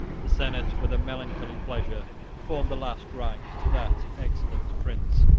the senate, with a melancholy pleasure, performed the last rites to that excellent prince,